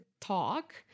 talk